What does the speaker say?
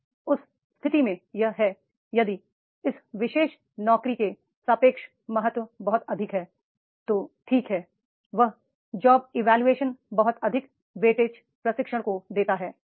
अब उस स्थिति में यह है यदि इस विशेष नौकरी के सापेक्ष महत्व बहुत अधिक है तो ठीक है वह जॉब इवोल्यूशन बहुत अधिक वेटेज प्रशिक्षण को देता है